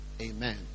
Amen